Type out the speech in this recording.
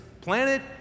planet